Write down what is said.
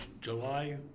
July